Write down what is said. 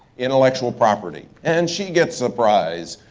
intellectual property, and she gets a prize.